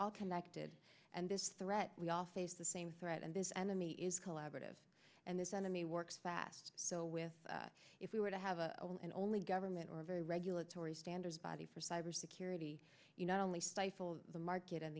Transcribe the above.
all connected and this threat we all face the same threat and this enemy is collaborative and this enemy works best so with if we were to have a and only government or a very regulatory standards body for cybersecurity you not only stifle the market and